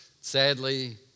Sadly